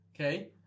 okay